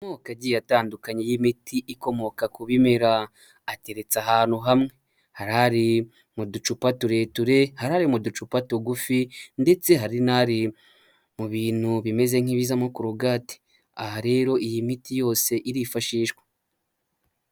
Amoko agiye atandukanye y'imiti ikomoka ku bimera ateretse ahantu hamwe ari mu ducupa tureture, ari mu ducupa tugufi ndetse hari n'ari mu bintu bimeze nk'ibizamo kurogade aha rero iyi miti yose irifashishwa.